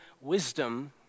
wisdom